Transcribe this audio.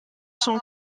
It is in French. sont